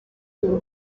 ubu